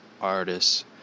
artists